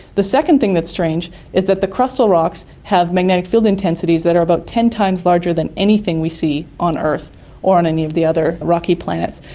the second thing that's strange is that the crustal rocks have magnetic field intensities that are about ten times larger than anything we see on earth or on any of the other rocky planets.